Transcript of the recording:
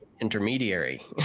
intermediary